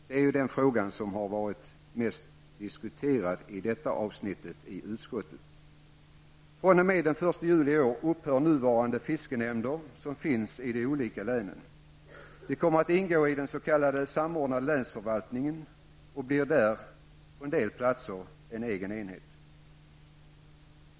Det är den frågan som varit mest diskuterad i utskottet när det gäller de här avsnittet. fr.o.m. den 1 juli i år upphör de nuvarande fiskenämnderna som finns i de olika länen. De kommer att ingå i den s.k. samordnade länsförvaltningen och blir där på en del platser en egen enhet.